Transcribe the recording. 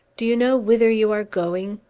do you know whither you are going?